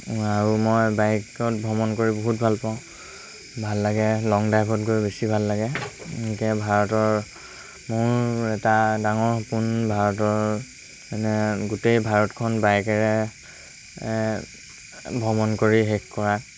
আৰু মই বাইকত ভ্ৰমণ কৰি বহুত ভাল পাওঁ ভাল লাগে লং ড্ৰাইভত গৈ বেছি ভাল লাগে একে ভাৰতৰ মোৰ এটা ডাঙৰ সপোন ভাৰতৰ মানে গোটেই ভাৰতখন বাইকেৰে ভ্ৰমণ কৰি শেষ কৰা